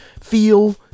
feel